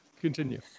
Continue